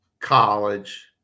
college